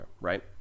right